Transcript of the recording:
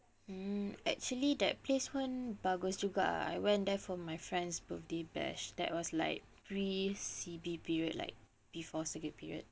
mm actually that place one pun bagus juga ah I went there for my friend's birthday bash that was like pre C_B period like before circuit period